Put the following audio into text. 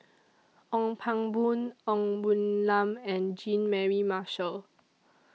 Ong Pang Boon Ng Woon Lam and Jean Mary Marshall